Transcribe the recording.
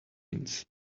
means